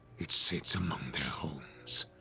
it sits among their homes,